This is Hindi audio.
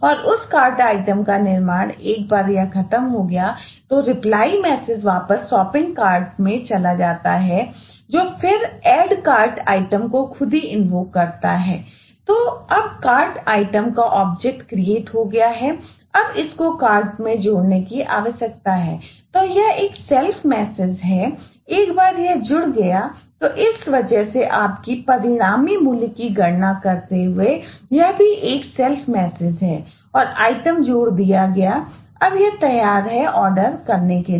और उस कार्ट आइटम है और आइटम जोड़ दिया गया है यह अब तैयार है आर्डर करने के लिए